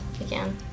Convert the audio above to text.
again